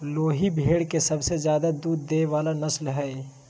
लोही भेड़ के सबसे ज्यादे दूध देय वला नस्ल हइ